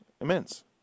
immense